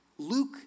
Luke